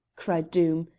cried doom,